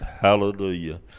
Hallelujah